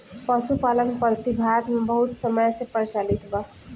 पशुपालन पद्धति भारत मे बहुत समय से प्रचलित बा